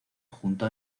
junto